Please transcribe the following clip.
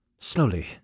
Slowly